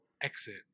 exit